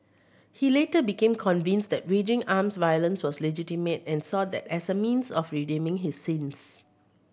he later became convinced that waging armed violence was legitimate and saw that as a means of redeeming his sins